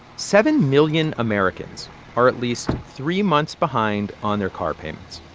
seven million americans are at least three months behind on their car payments.